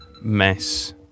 mess